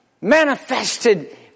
manifested